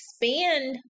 expand